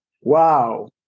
Wow